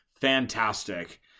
Fantastic